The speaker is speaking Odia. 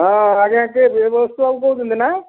ହଁ ଆଜ୍ଞା କିଏ ବୀରବସ୍ତୁ ବାବୁ କହୁଥିଲେ ନା